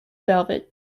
velvet